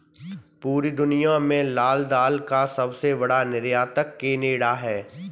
पूरी दुनिया में लाल दाल का सबसे बड़ा निर्यातक केनेडा है